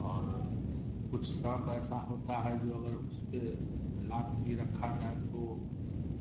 और कुछ साँप ऐसा होता है जो अगर उसपे लात भी रखा जाए तो